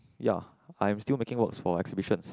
ya I'm still making works for exhibitions